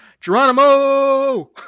Geronimo